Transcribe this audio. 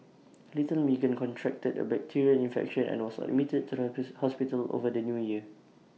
little Meagan contracted A bacterial infection here and or was admitted to the hospital over the New Year